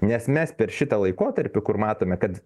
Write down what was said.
nes mes per šitą laikotarpį kur matome kad